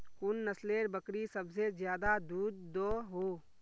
कुन नसलेर बकरी सबसे ज्यादा दूध दो हो?